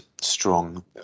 strong